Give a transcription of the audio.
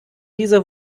dieser